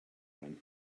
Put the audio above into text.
run